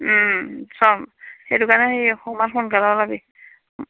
চাম সেইটো কাৰণে সেই অকমান সোনকালে ওলাবি